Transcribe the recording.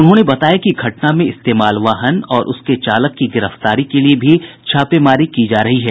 उन्होंने बताया कि घटना में इस्तेमाल वाहन और उसके चालक की गिरफ्तारी के लिए भी छापेमारी की जा रही है